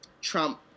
Trump